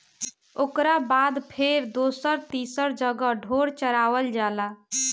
ओकरा बाद फेर दोसर तीसर जगह ढोर चरावल जाला